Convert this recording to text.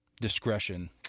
discretion